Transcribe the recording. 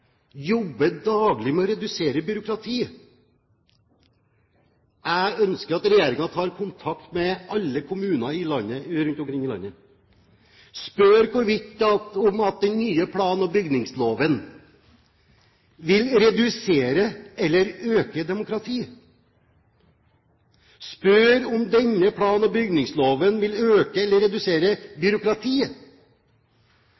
jobber daglig med å redusere byråkratiet. Jeg ønsker at regjeringen tar kontakt med alle kommuner rundt omkring i landet og spør hvorvidt den nye plan- og bygningsloven vil redusere eller øke demokratiet, spør om denne plan- og bygningsloven vil øke eller redusere